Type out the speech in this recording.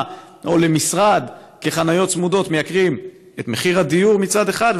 או למשרד כחניות צמודות מייקרת את מחיר הדיור מצד אחד,